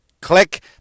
click